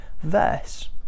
verse